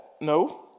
no